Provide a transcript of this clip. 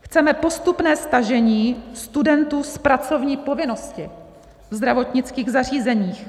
Chceme postupné stažení studentů z pracovní povinnosti ve zdravotnických zařízeních.